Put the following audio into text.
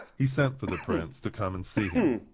he sent for the prince to come and see him.